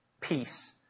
peace